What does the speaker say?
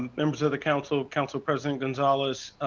members of the council, council president gonzalez.